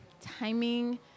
timing